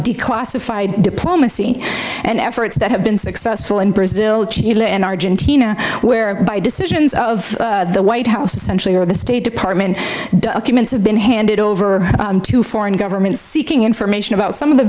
declassified diplomacy and efforts that have been successful in brazil and argentina where by decisions of the white house or the state department documents have been handed over to foreign governments seeking information about some of the